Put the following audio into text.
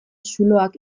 zuloak